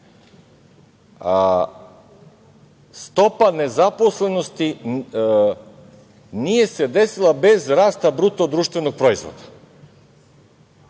Stopa nezaposlenosti nije se desila bez rasta bruto-društvenog proizvoda.